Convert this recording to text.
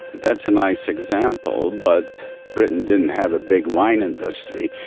that's a nice example, but britain didn't have a big wine industry,